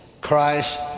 Christ